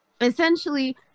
Essentially